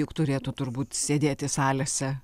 juk turėtų turbūt sėdėti salėse